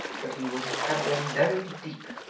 but he would have had them buried deep,